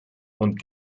und